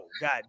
god